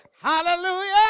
Hallelujah